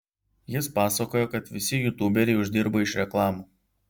jis pasakojo kad visi jutuberiai uždirba iš reklamų